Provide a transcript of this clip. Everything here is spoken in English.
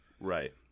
Right